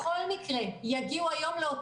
בכל מקרה יגיעו היום לאותם מקומות.